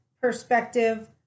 perspective